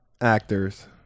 actors